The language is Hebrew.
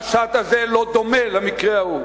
המשט הזה לא דומה למקרה ההוא.